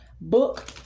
book